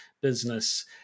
business